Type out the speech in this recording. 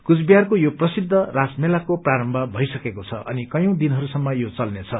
कूचबिहारको यो प्रसिद्ध रासमेलाको प्रारम्भ भइसकेको छ अनि कयौं दिनहरूसम्म यो चल्नेछ